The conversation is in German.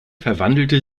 verwandelte